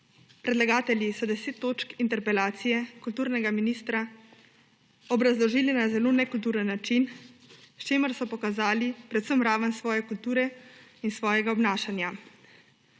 Predlagatelji so 10 točk interpelacije kulturnega ministra obrazložili na zelo nekulturen način, s čimer so pokazali predvsem raven svoje kulture in svojega obnašanja.